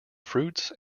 fruits